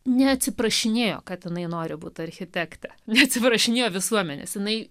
neatsiprašinėjo katinai nori būti architekte neatsiprašinėjo visuomenės jinai